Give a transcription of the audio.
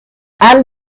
and